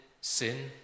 sin